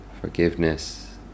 forgiveness